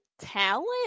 talent